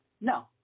No